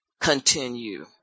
continue